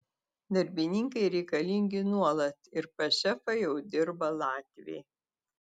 darbininkai reikalingi nuolat ir pas šefą jau dirba latviai